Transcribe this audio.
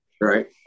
Right